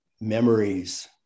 memories